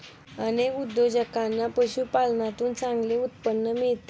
अनेक उद्योजकांना पशुपालनातून चांगले उत्पन्न मिळते